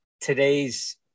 today's